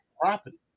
property